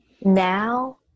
now